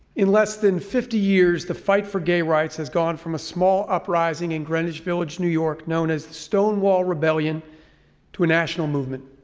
in less than fifty years the fight for gay rights has gone from a small uprising in greenwich village new york known as the stonewall rebellion to a national movement.